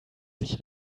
sich